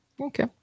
Okay